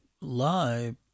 lie